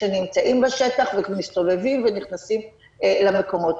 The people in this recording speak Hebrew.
שנמצאים בשטח ומסתובבים ונכנסים למקומות.